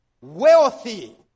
wealthy